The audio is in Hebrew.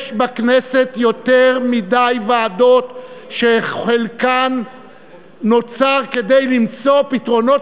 יש בכנסת יותר מדי ועדות שחלקן נוצר כדי למצוא פתרונות